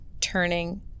turning